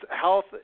health